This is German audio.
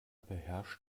beherrscht